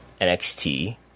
NXT